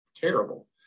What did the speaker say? terrible